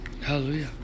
Hallelujah